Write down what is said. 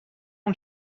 اون